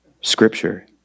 scripture